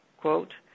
quote